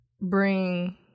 bring